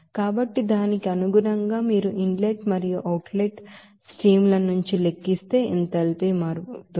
కాబట్టి దానికి అనుగుణంగా మీరు ఇన్ లెట్ మరియు అవుట్ లెట్ స్ట్రీమ్ ల నుంచి లెక్కిస్తే ఎంథాల్పీ మారుతుంది